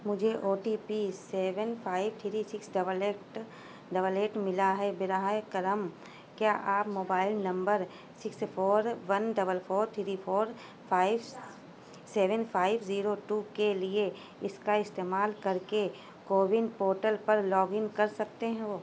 مجھے O T P seven five three six double eight double eight ملا ہے براہ کرم کیا آپ mobile number six four one double four three four five seven five zero two کے لیے اس کا استعمال کر کے کوون پورٹل پر لوگ ان کر سکتے ہو